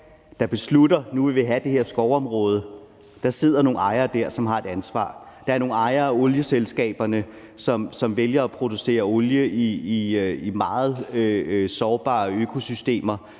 har besluttet, at nu vil de have det her skovområde. Der sidder nogle ejere der, som har et ansvar. Der er nogle ejere af olieselskaberne, som vælger at producere olie i meget sårbare økosystemer,